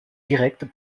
direct